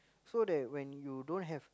so that when you don't have